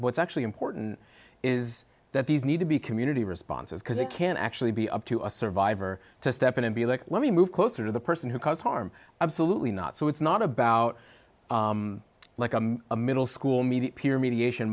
what's actually important is that these need to be community responses because it can actually be up to a survivor to step in and be like let me move closer to the person who caused harm absolutely not so it's not about like i'm a middle school me the peer mediation